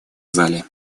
зале